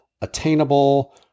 attainable